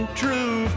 true